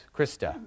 Krista